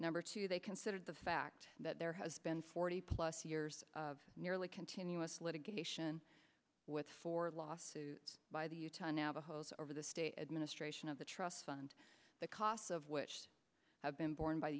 number two they considered the fact that there has been forty plus years of nearly continuous litigation with four lawsuits by the utah navajos over the state administration of the trust fund the costs of which have been borne by